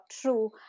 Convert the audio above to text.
true